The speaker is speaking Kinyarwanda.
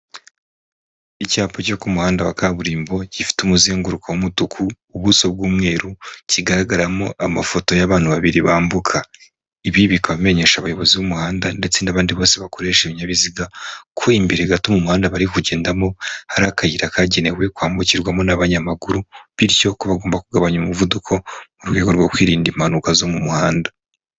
Icyapa cyo ku muhanda wa kaburimbo, gifite umuzenguruko w'umutuku, ubuso bw'umweru, kigaragaramo amafoto y'abantu babiri bambuka. Ibi bikaba bimenyesha abayobozi b'umuhanda ndetse n'abandi bose bakoresha ibinyabiziga, ko imbere gato mu muhanda bari kugendamo, hari akayira kagenewe kwambukirwamo n'abanyamaguru. Bityo ko bagomba kugabanya umuvuduko, mu rwego rwo kwirinda impanuka zo mu muhanda.